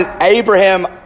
Abraham